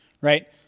right